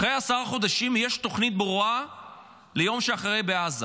אחרי עשרה חודשים יש תוכנית ברורה ליום שאחרי בעזה?